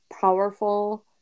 powerful